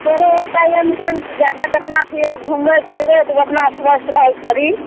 कोनो टहलयमे कोन छै जादा जतना फिरब घुमबय फिरबय तऽ उ अपना स्वस्थ रहल शरीर